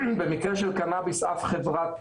במקרה של קנאביס, אף חברת